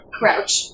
crouch